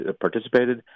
Participated